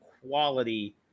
quality